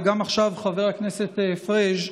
וגם עכשיו חבר הכנסת פריג',